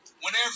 whenever